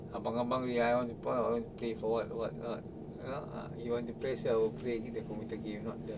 abang-abang I want to play for what what what ah you want to plays I will play the computer game not the